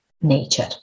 nature